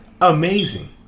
amazing